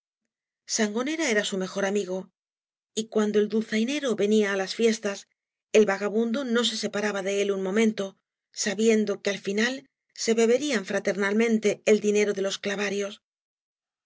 sangonera era su mejor amigo y cuando el dulzaínero venía á las fiestasi el vagabundo no se separaba de él un momento sabiendo que al final se beberían fraternalmente el dinero de los clavarios